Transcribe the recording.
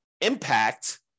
impact